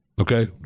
okay